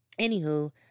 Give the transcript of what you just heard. anywho